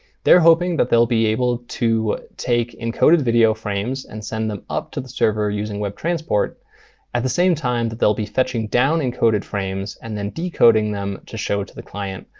they're hoping that they'll be able to take encoded video frames and send them up to the server using webtransport at the same time that they'll be fetching down encoded frames and then decoding them to show to the client,